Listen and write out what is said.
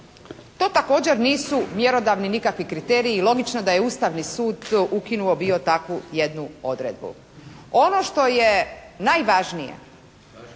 To također nisu mjerodavni nikakvi kriteriji i logično da je Ustavni sud ukinuo bio takvu jednu odredbu. Ono što je najvažnije